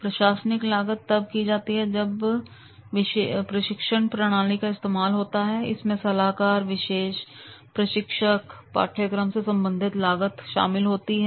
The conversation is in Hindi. प्रशासनिक लागत तब की जाती है जब जब प्रशिक्षण प्रणाली का इस्तेमाल होता है इसमें सलाहकार प्रशिक्षक पाठ्यक्रम से संबंधित लागत शामिल होती है